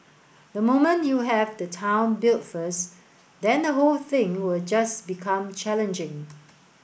the moment you have the town built first then the whole thing will just become challenging